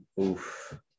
Oof